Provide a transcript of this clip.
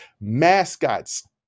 mascots